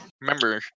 Remember